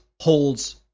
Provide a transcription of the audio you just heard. holds